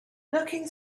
looking